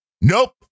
nope